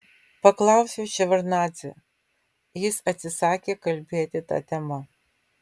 paklausiau ševardnadzę jis atsisakė kalbėti ta tema